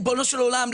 ריבונו של עולם,